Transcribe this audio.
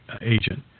agent